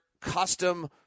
custom